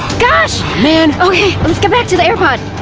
gosh. man! okay, let's get back to the airpod.